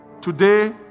today